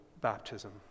baptism